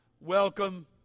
welcome